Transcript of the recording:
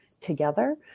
together